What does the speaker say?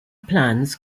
plans